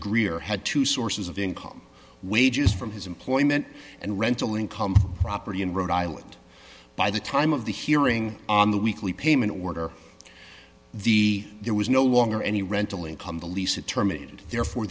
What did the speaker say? greer had two sources of income wages from his employment and rental income property in rhode island by the time of the hearing on the weekly payment order the there was no longer any rental income the lease it terminated therefore